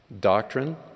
Doctrine